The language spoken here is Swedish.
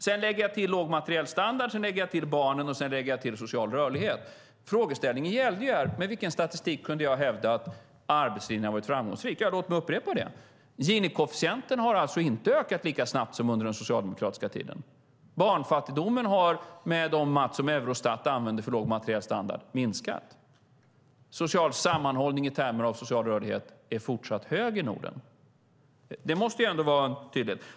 Sedan lägger jag till låg materiell standard, barnen och social rörlighet. Frågeställningen gällde med vilken statistik jag kunde hävda att arbetslinjen har varit framgångsrik. Låt mig då upprepa: Gini-koefficienten har inte ökat lika snabbt som under den socialdemokratiska tiden. Barnfattigdomen har, med de mått som Eurostat använder för låg materiell standard, minskat. Social sammanhållning i termer av social rörlighet är fortsatt hög i Norden. Det måste ändå vara tydligt.